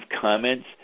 comments